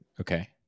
Okay